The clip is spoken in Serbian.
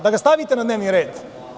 Da ga stavite na dnevni red.